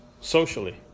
socially